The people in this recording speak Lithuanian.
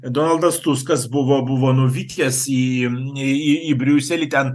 donaldas tuskas buvo buvo nuvykęs į į į briuselį ten